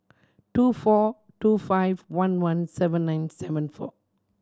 two four two five one one seven nine seven four